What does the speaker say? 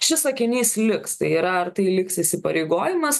šis sakinys liks tai yra ar tai liks įsipareigojimas